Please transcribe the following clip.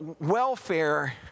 welfare